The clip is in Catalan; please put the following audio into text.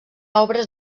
obres